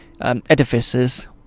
edifices